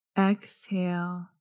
exhale